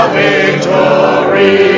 victory